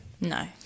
No